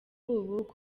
ubu